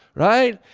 right?